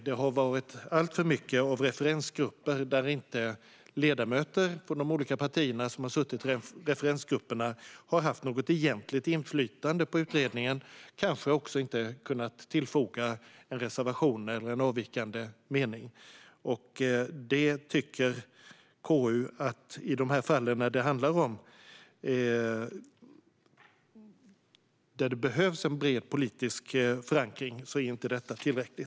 Det har varit alltför mycket av referensgrupper där ledamöter från olika partier som har suttit i referensgrupperna inte har haft något egentligt inflytande på utredningen och kanske heller inte har kunnat tillfoga en reservation eller en avvikande mening. KU tycker inte att detta är tillräckligt i de fall där det behövs en bred politisk förankring.